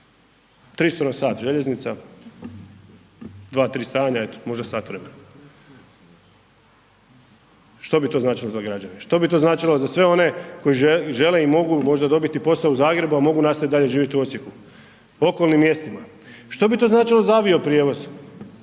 300 na sat željeznica, 2-3 stajanja, eto, možda sat vremena. Što bi to značilo za građane, što bi to značilo za sve one koji žele i mogu možda dobiti posao u Zagrebu, a mogu nastaviti dalje živjeti u Osijeku, okolnim mjestima? Što bi to značilo za avioprijevoz?